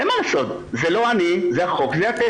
אין מה לעשות, זה לא אני, זה החוק, זה אתם.